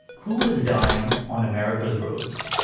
who is dying on america's roads?